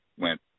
went